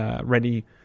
ready